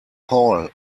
paul